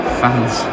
fans